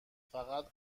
فقط